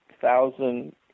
thousand